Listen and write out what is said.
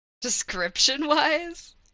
Description-wise